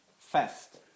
fast